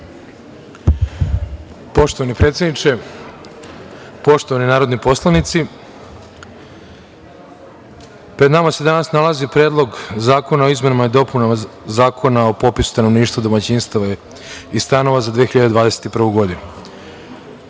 Poštovani predsedniče, poštovani narodni poslanici, pred nama se danas nalazi Predlog zakona o izmenama i dopunama Zakona o popisu stanovništva, domaćinstava i stanova za 2021.